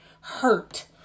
hurt